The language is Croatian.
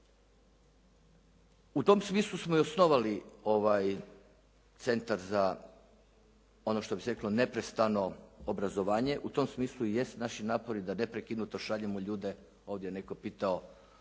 U tom smislu smo i osnovali ovaj Centar za ono što bi se reklo neprestano obrazovanje. U tom smislu i jest naši napori da neprekinuto šaljemo ljude, ovdje je netko pitao